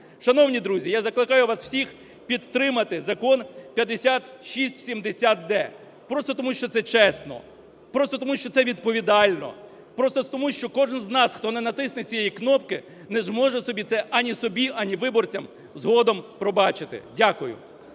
Шановні друзі, я закликаю вас всіх підтримати Закон 5670-д просто тому, що це чесно, просто тому, що це відповідально, просто тому, що кожен з нас, хто не натисне цієї кнопки не зможе собі це, ані собі, ані виборцям згодом пробачити. Дякую.